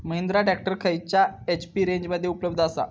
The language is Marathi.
महिंद्रा ट्रॅक्टर खयल्या एच.पी रेंजमध्ये उपलब्ध आसा?